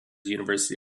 university